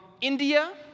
India